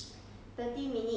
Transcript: okay